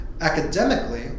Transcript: Academically